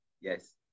yes